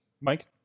Mike